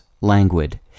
languid